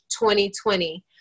2020